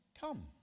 come